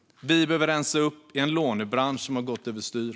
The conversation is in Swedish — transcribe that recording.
Vi behöver rensa upp i en lånebransch som har gått över styr.